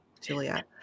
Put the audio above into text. Julia